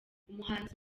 umuhanzi